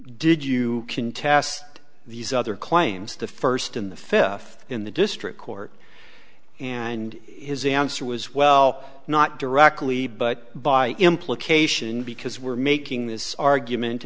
did you contest these other claims the first in the fifth in the district court and his answer was well not directly but by implication because we're making this argument